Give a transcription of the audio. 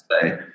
say